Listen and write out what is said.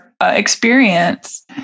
experience